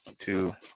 two